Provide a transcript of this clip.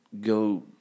Go